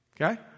Okay